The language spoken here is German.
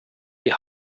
die